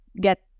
get